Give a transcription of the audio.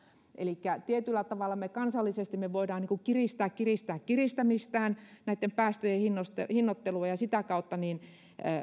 elikkä tietyllä tavalla me kansallisesti voimme kiristää kiristää kiristämistään näitten päästöjen hinnoittelua hinnoittelua ja sitä kautta